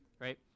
right